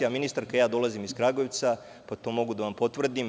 Ministarka, ja dolazim iz Kragujevca, pa to mogu da vam potvrdim.